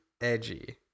edgy